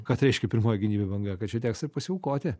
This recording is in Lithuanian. kas reiškia pirmoji gynybinė banga kad čia teks ir pasiaukoti